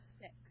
six